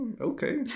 Okay